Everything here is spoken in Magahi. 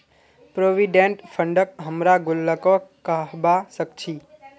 प्रोविडेंट फंडक हमरा गुल्लको कहबा सखछी